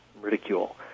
ridicule